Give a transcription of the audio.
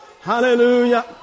Hallelujah